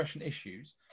issues